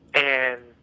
and,